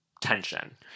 tension